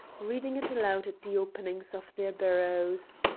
reading it aloud at the openings of their burrows.